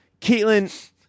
Caitlin